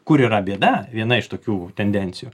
kur yra bėda viena iš tokių tendencijų